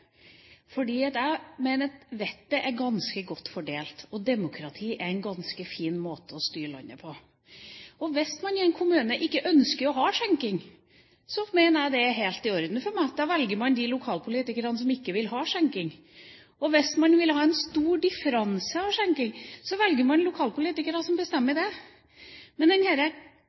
fordi jeg mener at vettet er ganske godt fordelt, og demokrati er en ganske fin måte å styre landet på. Hvis man i en kommune ikke ønsker å ha skjenking, er det helt i orden for meg. Da velger man de lokalpolitikerne som ikke vil ha skjenking. Og hvis man vil ha en stor differanse når det gjelder skjenking, velger man lokalpolitikere som bestemmer det. Jeg kan godt innrømme at jeg er fanatisk for lokaldemokrati, men